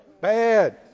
Bad